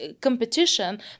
competition